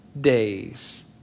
days